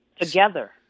together